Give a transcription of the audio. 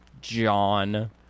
John